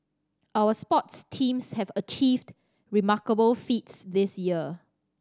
our sports teams have achieved remarkable feats this year